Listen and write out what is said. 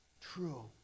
true